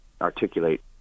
articulate